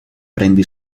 prende